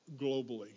globally